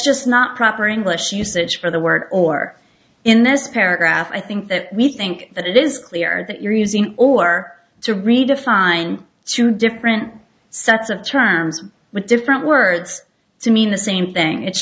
just not proper english usage for the word or in this paragraph i think that we think that it is clear that you're using or to redefine two different sets of terms with different words to mean the same thing it's